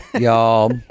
Y'all